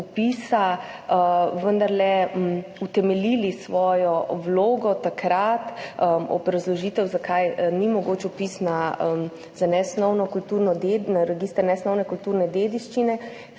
vendarle utemeljili svojo vlogo takrat, obrazložitev, zakaj ni mogoč vpis v register nesnovne kulturne dediščine,